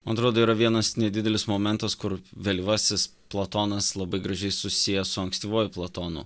man atrodo yra vienas nedidelis momentas kur vėlyvasis platonas labai gražiai susijęs su ankstyvuoju platonu